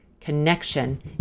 Connection